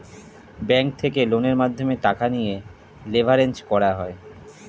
bank থেকে লোনের মাধ্যমে টাকা নিয়ে লেভারেজ করা যায়